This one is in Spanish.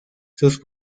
sus